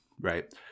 right